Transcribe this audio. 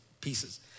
pieces